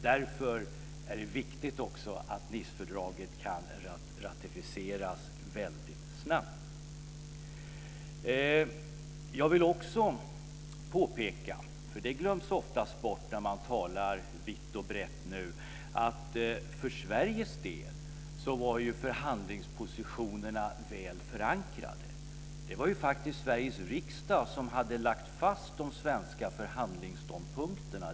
Det är därför också viktigt att Nicefördraget kan ratificeras väldigt snabbt. Jag vill också påpeka något som ofta glöms bort när man nu vitt och brett talar om att förhandlingspositionerna för Sveriges del var väl förankrade. Det var faktiskt Sveriges riksdag som hade lagt fast de svenska förhandlingsståndpunkterna.